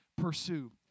pursue